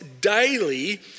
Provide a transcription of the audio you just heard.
daily